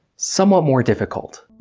somewhat more difficult.